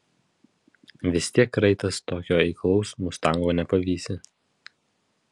vis tiek raitas tokio eiklaus mustango nepavysi